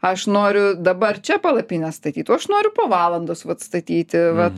aš noriu dabar čia palapinę statyt o aš noriu po valandos vat statyti vat